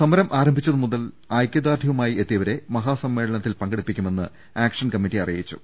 സമരം ആരംഭി ച്ചത് മുതൽ ഐക്യദാർഢ്യവുമായി എത്തിയവരെ മഹാ സമ്മേളനത്തിൽ പങ്കെടുപ്പിക്കുമെന്ന് ആക്ഷൻ കമ്മിറ്റി അറി യിച്ചു